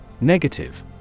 Negative